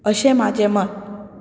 अशें म्हाजें मत